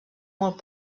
molt